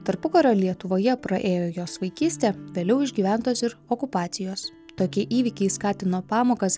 tarpukario lietuvoje praėjo jos vaikystė vėliau išgyventos ir okupacijos tokie įvykiai skatino pamokas